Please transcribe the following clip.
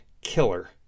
killer